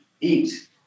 eat